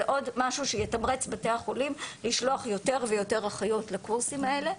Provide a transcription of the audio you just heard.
זה עוד משהו שיתמרץ את בתי החולים לשלוח יותר ויותר אחיות לקורסים האלה.